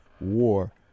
war